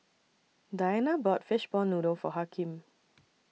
Dianna bought Fishball Noodle For Hakim